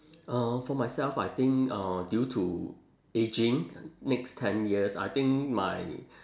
uh for myself I think uh due to ageing next ten years I think my